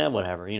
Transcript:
um whatever,